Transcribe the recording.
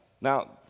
Now